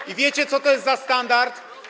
I wiecie, co to jest za standard?